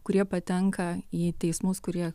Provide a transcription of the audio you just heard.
kurie patenka į teismus kurie